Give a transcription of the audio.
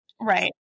Right